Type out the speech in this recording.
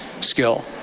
skill